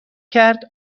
کرد